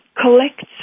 Collects